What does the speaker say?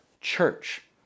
church